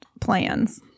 plans